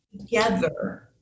together